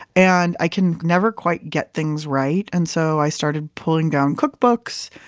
and i can never quite get things right. and so i started pulling down cookbooks.